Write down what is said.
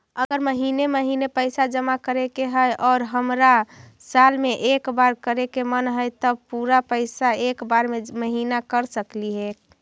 अगर महिने महिने पैसा जमा करे के है और हमरा साल में एक बार करे के मन हैं तब पुरा पैसा एक बार में महिना कर सकली हे?